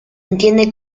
entiende